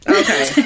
okay